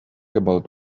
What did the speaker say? about